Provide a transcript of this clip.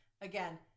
again